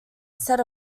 said